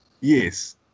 Yes